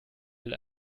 will